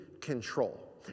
control